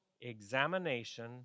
examination